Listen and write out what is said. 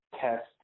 test